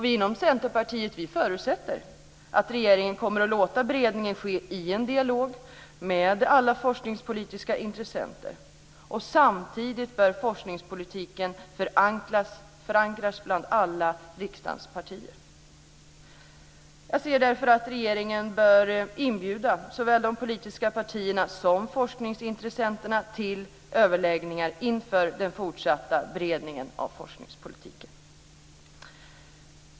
Vi i Centerpartiet förutsätter att regeringen kommer att låta beredningen ske i en dialog med alla forskningspolitikens intressenter. Samtidigt bör forskningspolitiken förankras bland alla riksdagens partier. Jag anser därför att regeringen bör inbjuda såväl de politiska partierna som forskningsintressenterna till överläggningar inför den fortsatta beredningen av forskningspolitiken.